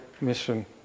mission